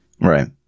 Right